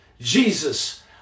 Jesus